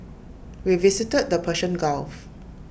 we visited the Persian gulf